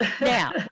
Now